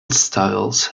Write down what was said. styles